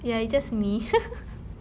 ya it's just me